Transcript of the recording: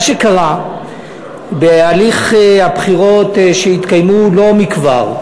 מה שקרה בהליך הבחירות שהתקיימו לא מכבר,